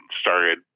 started